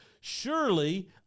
surely